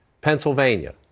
Pennsylvania